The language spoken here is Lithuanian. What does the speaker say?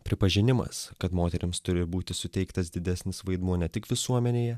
pripažinimas kad moterims turi būti suteiktas didesnis vaidmuo ne tik visuomenėje